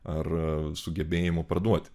ar sugebėjimų parduoti